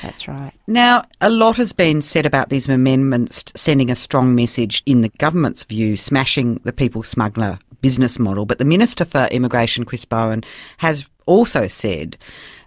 that's right. now, a lot has been said about these amendments sending a strong message in the government's view smashing the people smuggler business model, but the minister for immigration chris bowen has also said